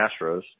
Astros